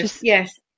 yes